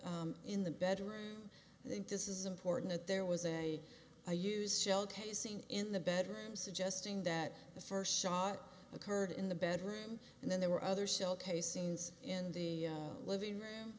blood in the bedroom i think this is important that there was a a used shell tasing in the bedroom suggesting that the first shot occurred in the bedroom and then there were other shell casings in the living room